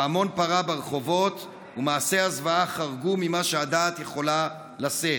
ההמון פרע ברחובות ומעשי הזוועה חרגו ממה שהדעת יכולה לשאת.